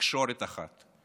ותקשורת אחת.